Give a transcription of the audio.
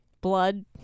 Blood